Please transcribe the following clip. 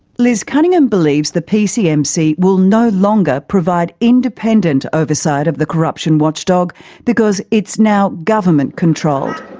liz cunningham believes the pcmc will no longer provide independent oversight of the corruption watchdog because it's now government controlled.